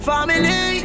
Family